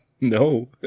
No